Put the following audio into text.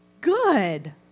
Good